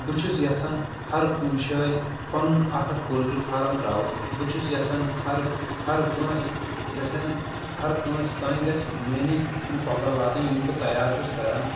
بہٕ چھُس یژھان ہر کُنہِ جایہِ پنُن اکھ اکھ پولٹری فارم تراوُن بہٕ چھُس یژھان ہر ہر کٲنٛسہِ گژھَن ہر کٲنٛسہِ تانۍ گژھۍ میٲنی تِم کۄکر واتٕنۍ یِم بہٕ تیار چھُس کران